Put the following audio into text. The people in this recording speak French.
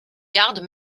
gardes